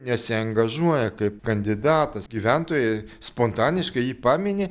nesiangažuoja kaip kandidatas gyventojai spontaniškai jį pamini